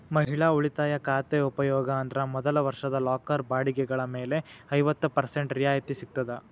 ಮಹಿಳಾ ಉಳಿತಾಯ ಖಾತೆ ಉಪಯೋಗ ಅಂದ್ರ ಮೊದಲ ವರ್ಷದ ಲಾಕರ್ ಬಾಡಿಗೆಗಳ ಮೇಲೆ ಐವತ್ತ ಪರ್ಸೆಂಟ್ ರಿಯಾಯಿತಿ ಸಿಗ್ತದ